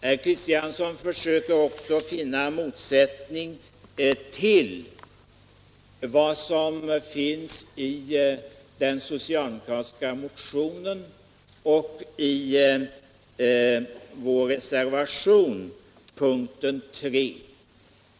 Herr Kristiansson försöker också finna motsättning i vad som finns i den socialdemokratiska motionen och i vår reservation, p. 3.